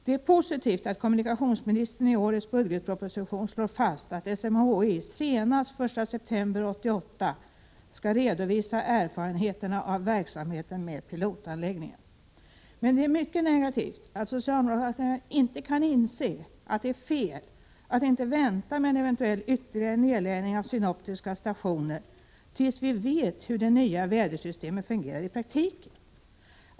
Det är positivt att kommunikationsministern i årets budgetproposition slår fast att SMHI senast den 1 september 1988 skall redovisa erfarenheterna av verksamheten med pilotanläggningen. Men det är mycket negativt att socialdemokraterna inte kan inse att det är fel att inte vänta med en eventuell ytterligare nerläggning av synoptiska stationer tills vi vet hur det nya vädersystemet fungerar i praktiken.